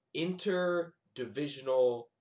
interdivisional